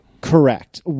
Correct